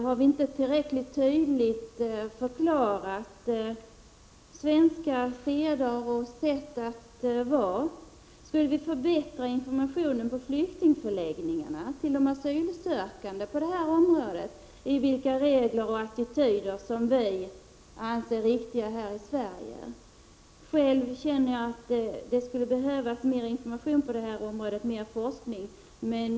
Har vi inte förklarat svenska seder och bruk tillräckligt tydligt? Skall vi förbättra informationen till de asylsökande på flyktingförläggningarna om vilka regler och attityder som vi har här i Sverige? Själv känner jag att det skulle behövas mera information och mer forskning på det här området.